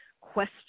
question